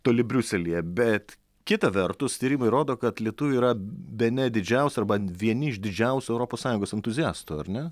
toli briuselyje bet kita vertus tyrimai rodo kad lietuviai yra bene didžiausi arba vieni iš didžiausių europos sąjungos entuziastų ar ne